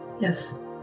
yes